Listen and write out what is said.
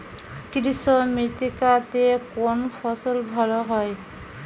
কৃষ্ণ মৃত্তিকা তে কোন ফসল ভালো হয়?